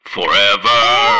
Forever